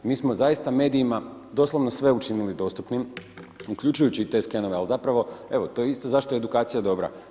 Mi smo zaista medijima doslovno sve učinili dostupnim, uključujući i te skenove, ali zapravo, to je isto zašto je edukacija dobra.